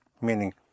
meaning